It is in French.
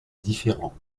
différents